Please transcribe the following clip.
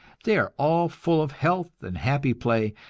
they are all full of health and happy play,